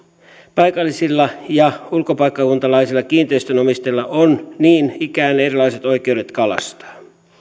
paikallisilla ja ulkopaikkakuntalaisilla kiinteistönomistajilla on niin ikään erilaiset oikeudet kalastaa